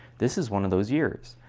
this is one of those years.